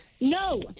no